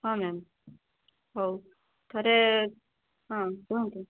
ହଁ ମ୍ୟାମ୍ ହେଉ ଥରେ ହଁ କୁହନ୍ତୁ